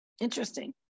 interesting